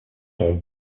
son